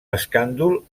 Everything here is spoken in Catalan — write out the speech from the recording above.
escàndol